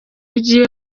ugiye